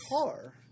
car